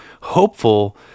hopeful